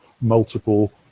multiple